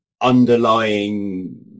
underlying